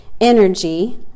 Energy